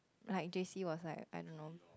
like J_C was like I don't know